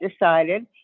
decided